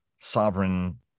sovereign